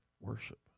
worship